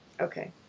Okay